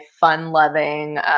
fun-loving